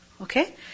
Okay